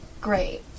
great